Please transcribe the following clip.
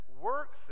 work